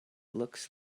looks